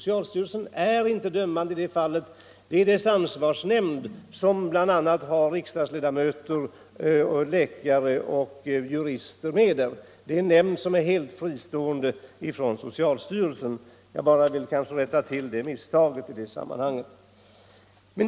I det fallet är inte socialstyrelsen dömande utan dess ansvarsnämnd, där bl.a. riksdagsledamöter, läkare och jurister är med. Denna nämnd är helt fristående från socialstyrelsen. Jag vill bara i detta sammanhang rätta till det misstag som här gjordes.